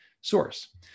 source